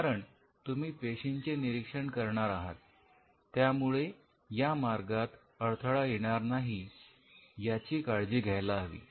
कारण तुम्ही पेशींचे निरीक्षण करणार आहात त्यामुळे या मार्गात अडथळा येणार नाही याची काळजी घ्यायला हवी